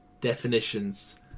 definitions